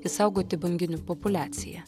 išsaugoti banginių populiaciją